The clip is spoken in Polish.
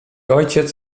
ojciec